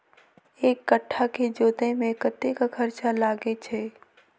एक कट्ठा केँ जोतय मे कतेक खर्चा लागै छै?